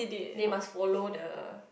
they must follow the